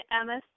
Emma